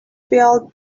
filled